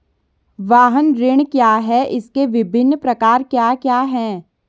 वाहन ऋण क्या है इसके विभिन्न प्रकार क्या क्या हैं?